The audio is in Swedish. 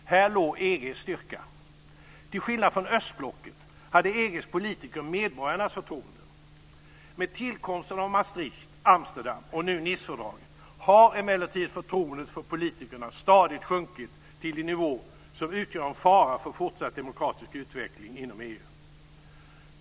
Här låg EG:s styrka. Till skillnad från östblocket hade EG:s politiker medborgarnas förtroende. Med tillkomsten av Maastricht-, Amsterdam och nu Nicefördraget har emellertid förtroendet för politikerna stadigt sjunkit till en nivå som utgör en fara för fortsatt demokratisk utveckling inom EU.